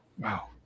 Wow